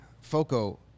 FOCO